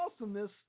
awesomeness